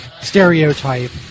stereotype